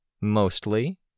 Mostly